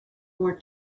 more